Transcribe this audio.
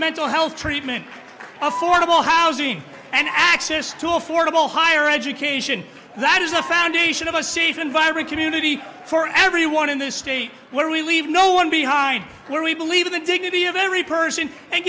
mental health treatment affordable housing and access to affordable higher education that is the foundation of a safe and vibrant community for everyone in this state where we leave no one behind where we believe in the dignity of every person